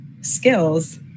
skills